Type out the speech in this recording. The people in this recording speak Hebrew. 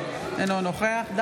אף היא נדחתה.